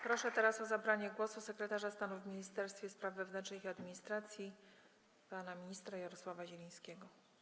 Proszę o zabranie głosu sekretarza stanu w Ministerstwie Spraw Wewnętrznych i Administracji pana ministra Jarosława Zielińskiego.